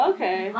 Okay